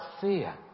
fear